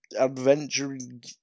adventuring